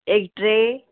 एक ट्रे